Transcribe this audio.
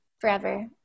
forever